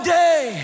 day